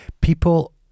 people